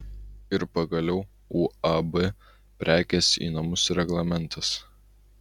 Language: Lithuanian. ir pagaliau uab prekės į namus reglamentas